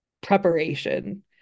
preparation